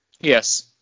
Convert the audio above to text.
Yes